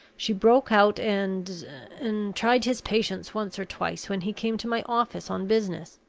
she broke out, and and tried his patience once or twice, when he came to my office on business.